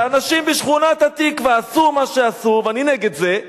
כשאנשים בשכונת-התקווה עשו מה שעשו, ואני נגד זה,